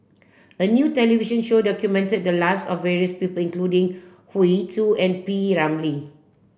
a new television show documented the lives of various people including Hoey Choo and P Ramlee